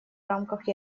рамках